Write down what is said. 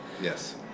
yes